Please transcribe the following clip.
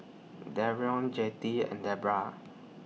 Darrion Jettie and Debroah